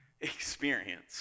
experience